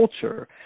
culture